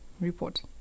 report